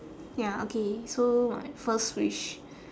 ya okay so my first wish